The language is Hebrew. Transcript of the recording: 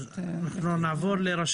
אנחנו נתחיל עם חסאן טואפרה, ראש